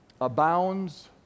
abounds